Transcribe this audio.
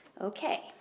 Okay